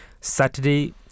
Saturday